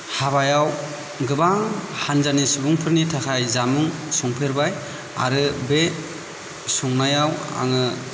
हाबायाव गोबां हानजानि सुबुंफोरनि थाखाय जामुं संफेरबाय आरो बे संनायाव आङो